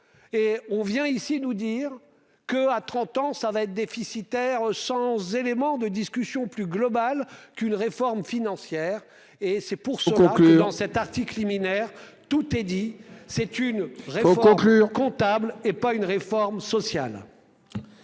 et on vient ici nous dire que à 30 ans, ça va être déficitaire. Sans élément de discussion plus globale qu'une réforme financière et c'est pour se on dans cet article liminaire, tout est dit. C'est une vraie conclure comptable et pas une réforme sociale.